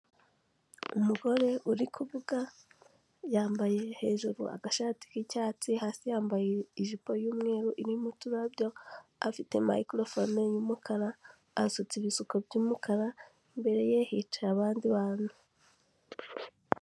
Umugore uri kuvuga yambaye hejuru agashati k'icyatsi hasi yambaye ijipo y'umweru irimo uturabyo, afite microphone y'umukara, asutse ibisuko by'umukara, imbere ye hicaye abandi bantu.